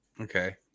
okay